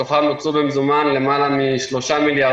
מתוכם הוקצו במזומן למעלה מ-3 מיליארד